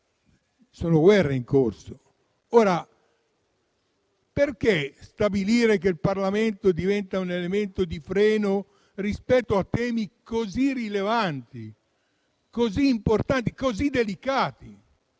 sono in corso guerre. Perché stabilire che il Parlamento diventa un elemento di freno rispetto a temi così rilevanti, così importanti, così delicati?